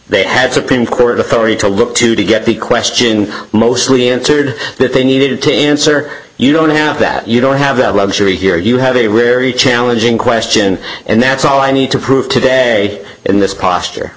they had supreme court authority to look to to get the question mostly answered that they needed to answer you don't have that you don't have that luxury here you have a very challenging question and that's all i need to prove today in this posture